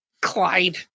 Clyde